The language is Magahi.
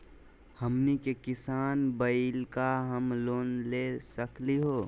हमनी के किसान भईल, का हम लोन ले सकली हो?